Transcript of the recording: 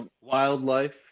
Wildlife